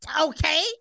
okay